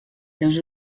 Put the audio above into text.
seus